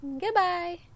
Goodbye